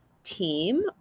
team